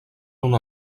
una